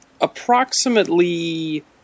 Approximately